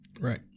Right